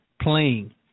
playing